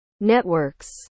networks